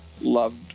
loved